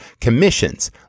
commissions